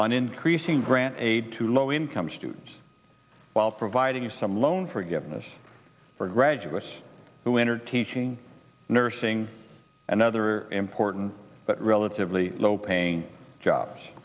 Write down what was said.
he's on increasing grant aid to low income students while providing some loan forgiveness for graduates who enter teaching nursing another important but relatively low paying